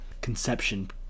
conception